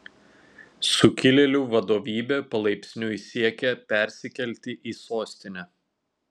sukilėlių vadovybė palaipsniui siekia persikelti į sostinę